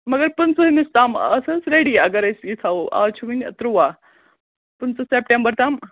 مگر پٕنٛژٕہمِس تام آسہِ حظ ریٚڈی اگر أسۍ یہِ تھاوَو آز چھُ وٕنہِ تُرٛواہ پٕنٛژٕ سٮ۪پٹمبَر تام